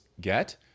get